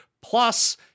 plus